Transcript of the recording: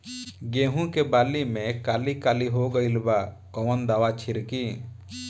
गेहूं के बाली में काली काली हो गइल बा कवन दावा छिड़कि?